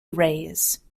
arrays